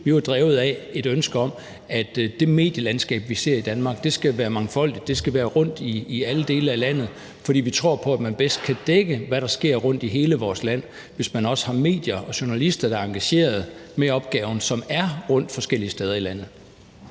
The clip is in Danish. Vi var drevet af et ønske om, at det medielandskab, vi ser i Danmark, skal være mangfoldigt, og at det skal være rundt i alle dele af landet, fordi vi tror på, at man bedst kan dække, hvad der sker rundt i hele vores land, hvis man også har medier og journalister, der er engageret i opgaven, og som er rundt forskellige steder i landet.